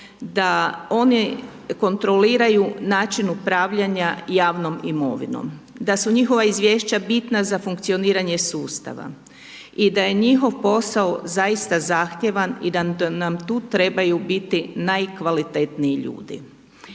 da oni kontroliraju način upravljanja javnom imovinom. Da su njihova izvješća bitna za funkcioniranje sustava. I da je njihov posao zaista zahtjevan i da nam tu trebaju biti najkvalitetniji ljudi.